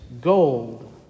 Gold